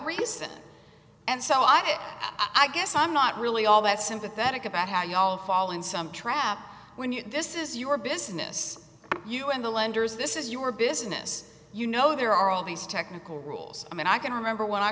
reason and so i i guess i'm not really all that sympathetic about how you all fall in some trap when you this is your business you and the lenders this is your business you know there are all these technical rules and i can remember when i